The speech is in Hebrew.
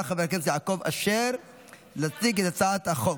חבר הכנסת יעקב אשר להציג את הצעת החוק.